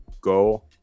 Go